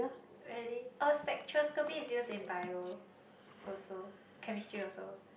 very oh spectroscopy is used in bio also chemistry also